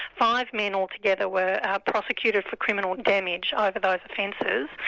five men altogether were prosecuted for criminal damage over those offences,